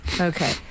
Okay